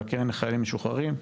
והקרן לחיילים משוחררים.